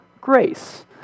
Grace